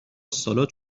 سالاد